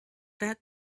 that